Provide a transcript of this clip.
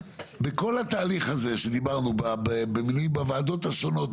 בכל התהליך הזה שדיברנו במינויים בוועדות השונות,